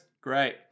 great